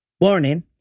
Warning